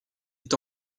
est